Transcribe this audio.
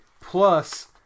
Plus